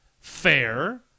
fair